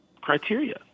criteria